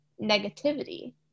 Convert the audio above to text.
negativity